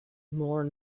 more